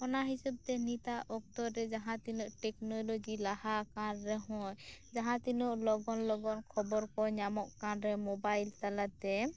ᱚᱱᱟ ᱦᱤᱸᱥᱟᱹᱵ ᱛᱮ ᱱᱤᱛᱟᱜ ᱚᱠᱛᱚ ᱨᱮ ᱡᱟᱦᱟᱸᱛᱤᱱᱟᱹᱜ ᱴᱮᱠᱱᱳᱞᱳᱡᱤ ᱞᱟᱦᱟ ᱟᱠᱟᱱ ᱨᱮᱦᱚᱸ ᱡᱟᱦᱟᱸᱛᱤᱱᱟᱹᱜ ᱞᱚᱜᱚᱱᱼᱞᱚᱜᱚᱱ ᱠᱷᱚᱵᱚᱨ ᱠᱚ ᱧᱟᱢᱚᱜ ᱠᱟᱱ ᱨᱮᱦᱚᱸ ᱢᱳᱵᱟᱭᱤᱞ ᱛᱟᱞᱟᱛᱮ